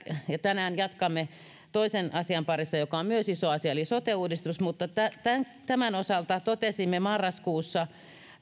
ja tänään jatkamme toisen asian parissa joka on myös iso asia eli sote uudistus mutta tämän tämän osalta totesimme marraskuussa